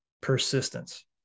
persistence